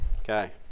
okay